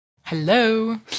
Hello